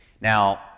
Now